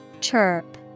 Chirp